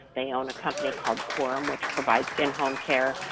they own a company called quorum which provides in-home care.